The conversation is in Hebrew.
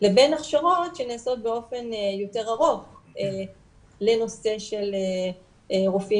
לבין הכשרות שנעשות באופן יותר ארוך לנושא של רופאים